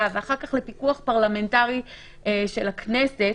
ואחר כך לפיקוח פרלמנטרי של הכנסת,